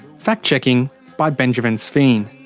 fact checking by benjamin sveen.